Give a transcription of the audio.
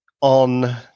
on